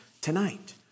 tonight